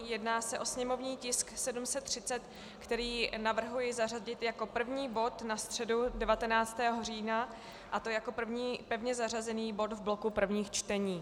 Jedná se o sněmovní tisk 730, který navrhuji zařadit jako první bod na středu 19. října, a to jako první pevně zařazený bod v bloku prvních čtení.